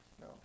No